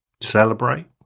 celebrate